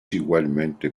igualmente